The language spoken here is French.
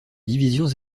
divisions